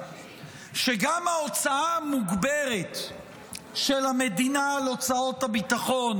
שגם ההוצאה המוגברת של המדינה על הוצאות הביטחון,